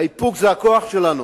האיפוק זה הכוח שלנו,